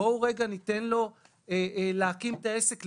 בואו ניתן לו להקים את העסק,